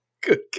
Good